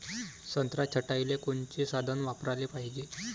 संत्रा छटाईले कोनचे साधन वापराले पाहिजे?